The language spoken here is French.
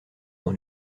dans